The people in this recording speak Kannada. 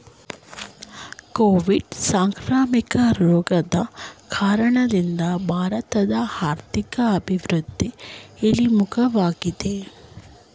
ಕೋವಿಡ್ ಸಾಂಕ್ರಾಮಿಕ ರೋಗದ ಕಾರಣದಿಂದ ಭಾರತದ ಆರ್ಥಿಕ ಅಭಿವೃದ್ಧಿ ಇಳಿಮುಖವಾಗಿದೆ